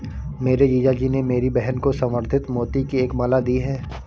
मेरे जीजा जी ने मेरी बहन को संवर्धित मोती की एक माला दी है